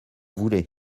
voulez